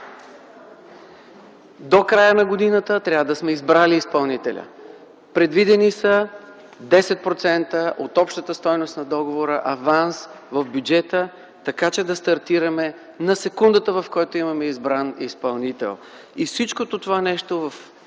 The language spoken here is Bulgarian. До края на годината трябва да сме избрали изпълнителя. Предвидени са 10% от общата стойност на договора аванс в бюджета, така че да стартираме на секундата в момента, в който имаме избран изпълнител. И всичкото това нещо -